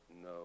no